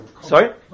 Sorry